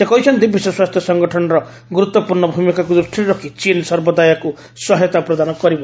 ସେ କହିଛନ୍ତି ବିଶ୍ୱସ୍ୱାସ୍ଥ୍ୟ ସଂଗଠନର ଗୁରୁତ୍ୱପୂର୍୍ଣ ଭୂମିକାକୁ ଦୃଷ୍ଟିରେ ରଖି ଚୀନ୍ ସର୍ବଦା ଏହାକୁ ସହାୟତା ପ୍ରଦାନ କରିବ